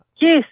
Yes